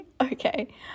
Okay